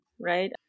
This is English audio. right